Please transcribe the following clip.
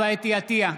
חוה אתי עטייה,